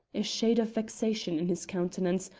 a shade of vexation in his countenance,